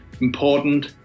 important